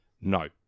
No